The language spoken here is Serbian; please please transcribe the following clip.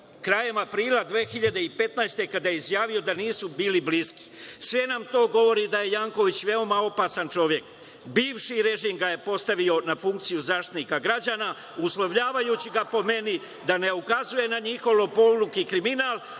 krajem aprila 2015. godine kada je izjavio da nisu bili bliski? Sve nam to govori da je Janković veoma opasan čovek. Bivši režim ga je postavio na funkciju Zaštitnika građana, uslovljavajući ga, po meni, da ne ukazuje na njihove lopovluke i kriminal,